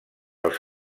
els